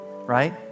right